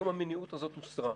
היום המניעות הזאת הוסרה.